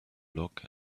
look